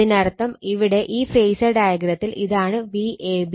അതിനർത്ഥം ഇവിടെ ഈ ഫേസർ ഡയഗ്രത്തിൽ ഇതാണ് Vab